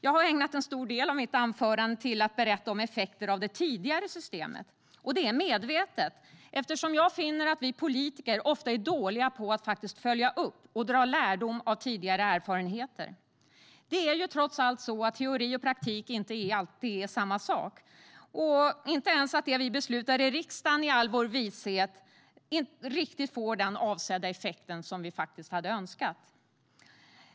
Jag har ägnat en stor del av mitt anförande till att berätta om effekter av det tidigare systemet. Det är medvetet eftersom jag finner att vi politiker ofta är dåliga på att faktiskt följa upp och dra lärdom av tidigare erfarenheter. Det är ju trots allt så att teori och praktik inte alltid är samma sak och att det vi beslutar i riksdagen i all vår vishet faktiskt inte alltid får önskad effekt.